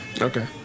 Okay